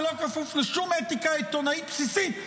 שלא כפוף לשום אתיקה עיתונאית בסיסית,